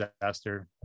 disaster